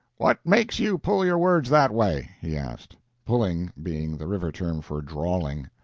what makes you pull your words that way? he asked pulling being the river term for drawling.